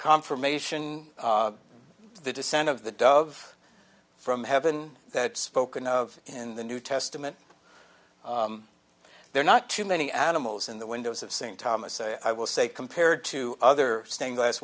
confirmation of the descent of the dove from heaven that spoken of in the new testament there not too many animals in the windows of st thomas i will say compared to other stained glass